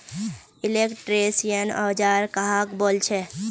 Electrician औजार कहाक बोले छे?